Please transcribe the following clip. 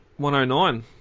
109